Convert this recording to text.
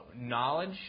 knowledge